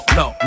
no